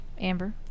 Amber